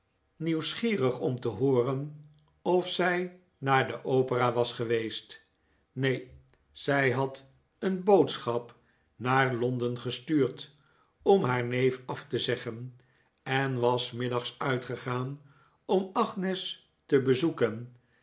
nieuwsgierig om te hooren of zij naar de opera was geweest neen zij had een boodschap naar londen gestuurd dm haar neef af te zeggen en was s middags uitgegaan om agnes te bezoeken